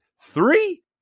Three